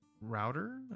router